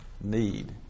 need